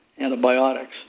antibiotics